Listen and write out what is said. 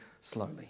slowly